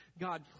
God